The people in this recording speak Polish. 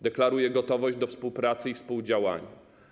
Deklaruję gotowość do współpracy i współdziałania.